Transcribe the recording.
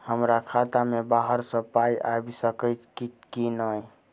हमरा खाता मे बाहर सऽ पाई आबि सकइय की नहि?